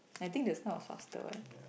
I think the start was faster what